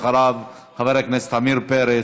לפרוטוקול: